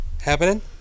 happening